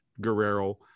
guerrero